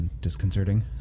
disconcerting